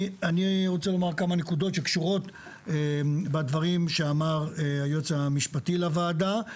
אני רוצה לומר כמה נקודות שקשורות בדברים שאמר היועץ המשפטי לוועדה.